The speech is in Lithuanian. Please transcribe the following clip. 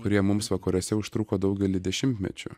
kurie mums vakaruose užtruko daugelį dešimtmečių